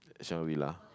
shangri-la